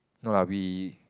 no lah we